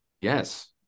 yes